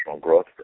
growth